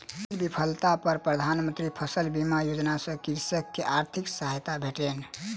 फसील विफलता पर प्रधान मंत्री फसल बीमा योजना सॅ कृषक के आर्थिक सहायता भेटलै